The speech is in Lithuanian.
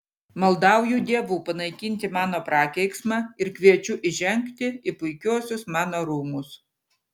maldauju dievų panaikinti mano prakeiksmą ir kviečiu įžengti į puikiuosius mano rūmus